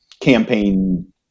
campaign